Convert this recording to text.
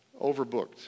overbooked